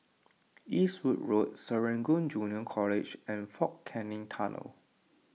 Eastwood Road Serangoon Junior College and fort Canning Tunnel